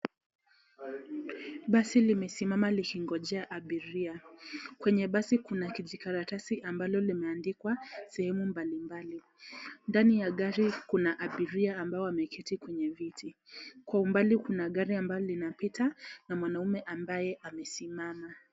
Basi limesimama likingojea abiria . Kwenye basi kuna kijikaratasi ambalo limeandikwa sehemu mbalimbali . Ndani ya gari kuna abiria ambao wameketi kwenye viti. Kwa umbali kuna gari ambalo linapita na mwanaume ambaye anasimama.